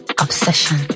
Obsession